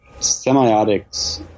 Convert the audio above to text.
semiotics